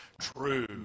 true